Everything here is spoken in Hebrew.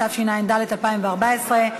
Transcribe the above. התשע"ד 2014,